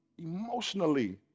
emotionally